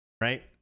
Right